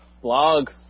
blog